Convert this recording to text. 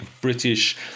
British